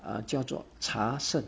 ah 叫做茶圣